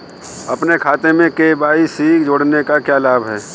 अपने खाते में के.वाई.सी जोड़ने का क्या लाभ है?